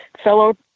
fellow